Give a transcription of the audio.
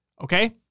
okay